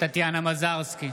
טטיאנה מזרסקי,